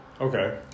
Okay